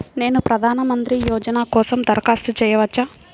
నేను ప్రధాన మంత్రి యోజన కోసం దరఖాస్తు చేయవచ్చా?